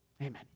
Amen